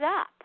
up